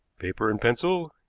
paper and pencil,